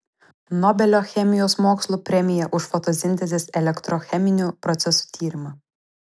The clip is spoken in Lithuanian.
nobelio chemijos mokslų premija už fotosintezės elektrocheminių procesų tyrimą